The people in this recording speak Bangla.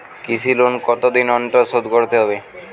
কৃষি লোন কতদিন অন্তর শোধ করতে হবে?